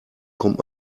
kommt